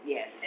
Yes